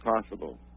possible